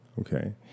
Okay